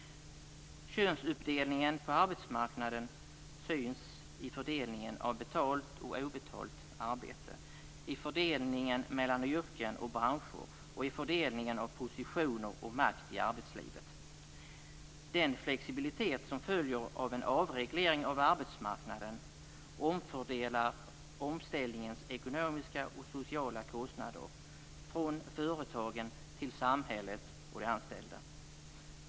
Könsuppdelningen på arbetsmarknaden syns i fördelningen av betalt och obetalt arbete, i fördelningen mellan yrken och branscher och i fördelningen av positioner och makt i arbetslivet. Den flexibilitet som följer av en avreglering av arbetsmarknaden omfördelar omställningens ekonomiska och sociala kostnader från företagen till samhället och de anställda.